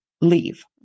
leave